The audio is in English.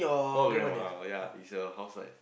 oh grandma oh yea she's a housewife